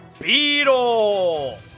Beetle